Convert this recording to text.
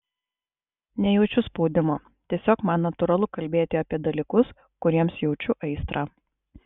nejaučiu spaudimo tiesiog man natūralu kalbėti apie dalykus kuriems jaučiu aistrą